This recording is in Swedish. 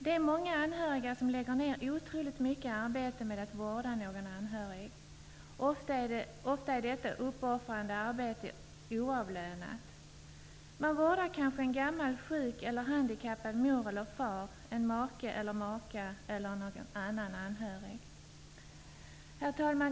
Det är många anhöriga som lägger ner oerhört mycket arbete på att vårda någon anhörig. Ofta är detta uppoffrande arbete oavlönat. Man vårdar kanske en gammal, sjuk eller handikappad mor eller far, en make eller maka eller annan anhörig. Herr talman!